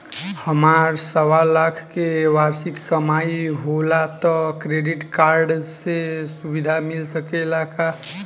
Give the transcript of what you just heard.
हमार सवालाख के वार्षिक कमाई होला त क्रेडिट कार्ड के सुविधा मिल सकेला का?